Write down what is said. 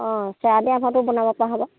অঁ চিৰা দৈ বনাব পৰা হ'ব